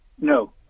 No